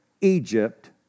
Egypt